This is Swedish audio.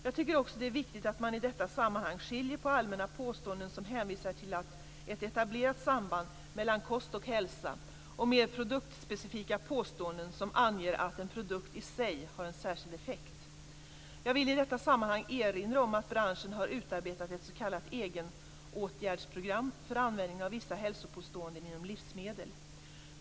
Jag tycker också att det är viktigt att man i detta sammanhang skiljer på allmänna påståenden som hänvisar till ett etablerat samband mellan kost och hälsa och mer produktspecifika påståenden som anger att en produkt i sig har en särskild effekt. Jag vill i detta sammanhang erinra om att branschen har utarbetat ett s.k. egenåtgärdsprogram för användning av vissa hälsopåståenden på livsmedel.